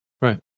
Right